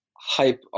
hype